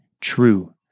true